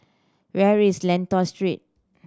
where is Lentor Street